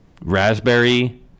Raspberry